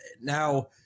Now